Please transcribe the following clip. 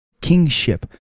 kingship